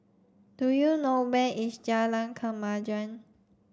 do you know where is Jalan Kemajuan